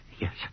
Yes